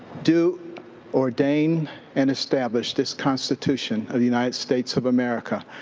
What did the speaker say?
do ordain and establish this constitution of the united states of america.